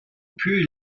put